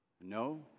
no